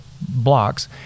blocks